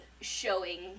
showing